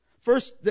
First